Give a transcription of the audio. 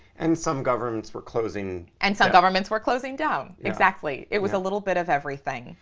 and some governments were closing, and some governments were closing down. exactly. it was a little bit of everything.